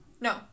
No